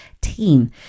team